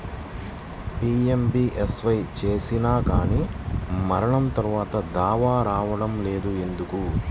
PMBSY చేసినా కానీ మరణం తర్వాత దావా రావటం లేదు ఎందుకు?